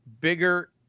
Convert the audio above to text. bigger